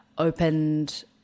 opened